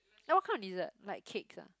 eh what kind of dessert like cakes ah